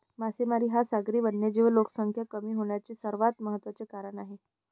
मासेमारी हा सागरी वन्यजीव लोकसंख्या कमी होण्याचे सर्वात महत्त्वाचे कारण आहे